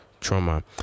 trauma